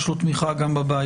ויש לו תמיכה גם בבית,